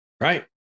Right